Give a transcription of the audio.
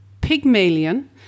Pygmalion